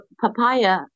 papaya